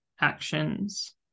actions